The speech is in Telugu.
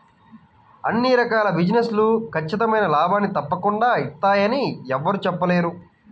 అన్ని రకాల బిజినెస్ లు ఖచ్చితమైన లాభాల్ని తప్పకుండా ఇత్తయ్యని యెవ్వరూ చెప్పలేరు